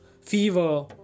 fever